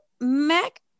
Mac